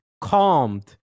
calmed